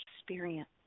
experience